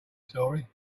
story